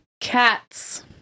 Cats